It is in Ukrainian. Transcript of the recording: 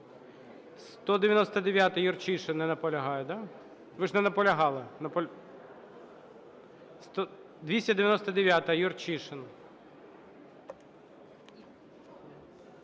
199-а, Юрчишин. Не наполягає, да? Ви ж не наполягали. 299-а, Юрчишин.